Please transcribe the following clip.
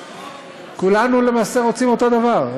כולנו למעשה רוצים אותו דבר,